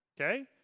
okay